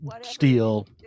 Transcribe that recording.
steel